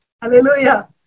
Hallelujah